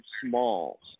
small